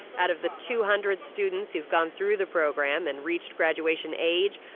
out of the two hundred students who've gone through the program and reached graduation age,